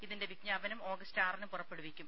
ഇതിന്റെ വിജ്ഞാപനം ഓഗസ്റ്റ് ആറിന് പുറപ്പെടുവിക്കും